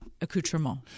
accoutrement